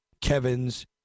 Kevin's